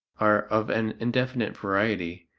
are of an indefinite variety,